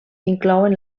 inclouen